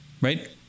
right